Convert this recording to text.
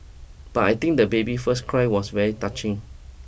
but I think the baby first cry was very touching